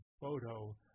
photo